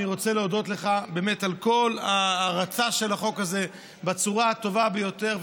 אני רוצה להודות לך באמת על כל ההרצה של החוק הזה בצורה הטובה ביותר,